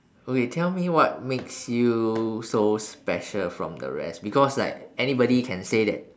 okay tell me what makes you so special from the rest because like anybody can say that